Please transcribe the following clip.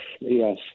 yes